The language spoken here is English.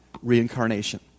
Reincarnation